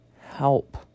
Help